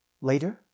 Later